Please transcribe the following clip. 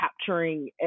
capturing